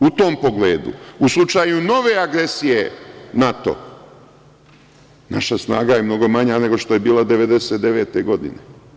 U tom pogledu, u slučaju nove agresije NATO, naša snaga je mnogo manja nego što je bila 1999. godine.